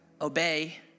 Obey